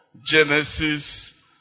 Genesis